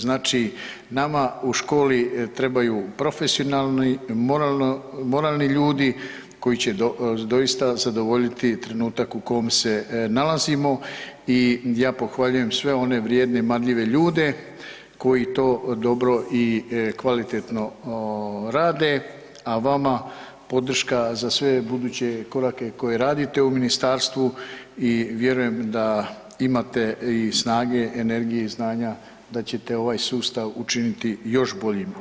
Znači, nama u školi trebaju profesionalni, moralni ljudi koji će doista zadovoljiti trenutak u kom se nalazimo i ja pohvaljujem sve one vrijedne, marljive ljude koji to dobro i kvalitetno rade, a vama podrška za sve buduće korake koje radite u Ministarstvu i vjerujem da imate i snage, energije i znanja da ćete ovaj sustav učiniti još boljim.